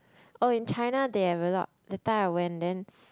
oh in China they have a lot that time I went then